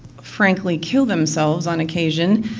frankly, kill themselves on occasion.